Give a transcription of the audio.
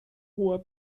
hoher